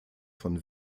von